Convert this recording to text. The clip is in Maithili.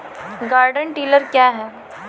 गार्डन टिलर क्या हैं?